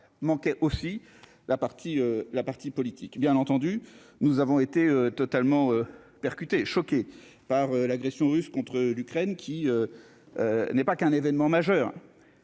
la partie, la partie politique, bien entendu, nous avons été totalement percuté choquée par l'agression russe contre l'Ukraine, qui n'est pas qu'un événement majeur